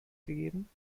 gegeben